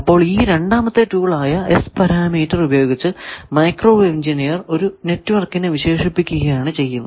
അപ്പോൾ ഈ രണ്ടാമത്തെ ടൂൾ ആയ S പാരാമീറ്റർ ഉപയോഗിച്ച് മൈക്രോവേവ് എഞ്ചിനീയർ ഒരു നെറ്റ്വർകിനെ വിശേഷിപ്പിക്കുകയാണ് ചെയ്യുന്നത്